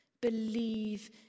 believe